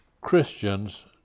Christians